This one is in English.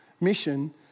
mission